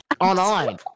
online